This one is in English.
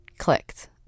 clicked